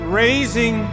raising